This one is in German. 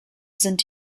sind